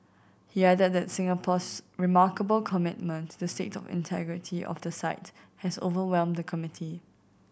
he added that Singapore's remarkable commitment to the state of integrity of the site has overwhelmed the committee